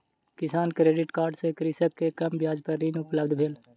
किसान credit card सँ कृषक के कम ब्याज पर ऋण उपलब्ध भेल